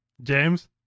James